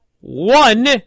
one